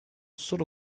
solo